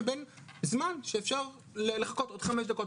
לבין זמן שאפשר לחכות עוד חמש דקות,